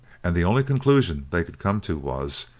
and the only conclusion they could come to was,